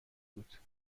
بود